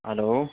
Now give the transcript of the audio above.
hello